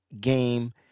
game